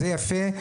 כזה יפה.